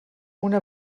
una